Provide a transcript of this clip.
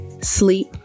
sleep